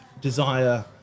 desire